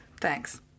Thanks